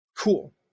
Cool